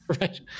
Right